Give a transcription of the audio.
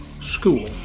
school